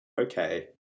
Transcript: okay